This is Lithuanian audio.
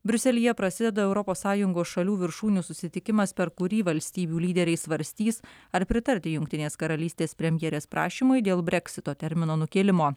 briuselyje prasideda europos sąjungos šalių viršūnių susitikimas per kurį valstybių lyderiai svarstys ar pritarti jungtinės karalystės premjerės prašymui dėl breksito termino nukėlimo